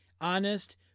honest